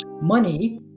money